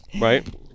Right